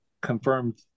confirmed